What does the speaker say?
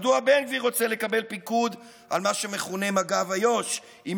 מדוע בן גביר רוצה לקבל פיקוד על מה שמכונה מג"ב איו"ש אם